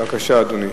בבקשה, אדוני.